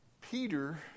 Peter